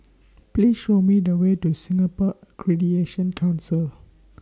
Please Show Me The Way to Singapore Accreditation Council